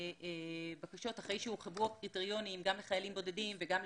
בקשות אחרי שהורחבו הקריטריונים גם לחיילים בודדים,